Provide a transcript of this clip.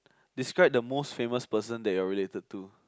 describe the most famous person that you are related to